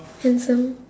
handsome